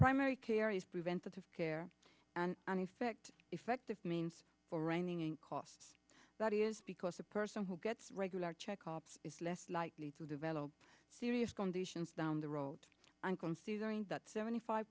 primary care is preventative care and an effective effective means for reining in costs that is because a person who gets regular checkups is less likely to develop serious conditions down the road and considering that seventy five